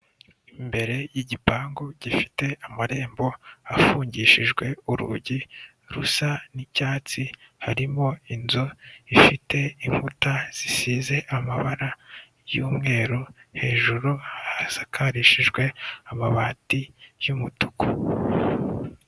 Imbere y'igipangu gifite amarembo afungishijwe urugi rusa n'icyatsi, harimo inzu ifite inkuta zisize amabara y'umweru hejuru hasakarishijwe amabati y'umutuku.